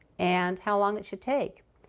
and how long it should take?